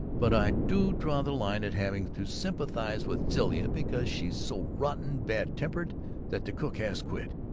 but i do draw the line at having to sympathize with zilla because she's so rotten bad-tempered that the cook has quit,